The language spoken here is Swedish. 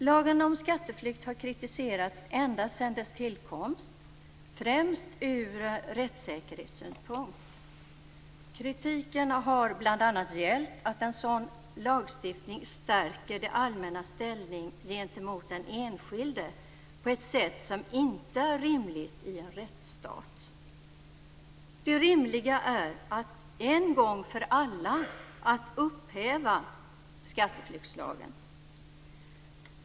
Lagen om skatteflykt har kritiserats ända sedan dess tillkomst - främst ur rättssäkerhetssynpunkt. Kritiken har bl.a. gällt att en sådan lagstiftning stärker det allmännas ställning gentemot den enskilde på ett sätt som inte är rimligt i en rättsstat. Det rimliga är att en gång för alla upphäva skatteflyktslagen.